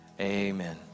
Amen